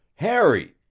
harry!